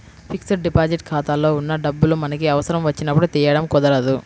fixed deposit ఖాతాలో ఉన్న డబ్బులు మనకి అవసరం వచ్చినప్పుడు తీయడం కుదరదు